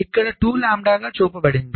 ఇక్కడ ఇది 2 లాంబ్డాగా చూపబడింది